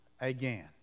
again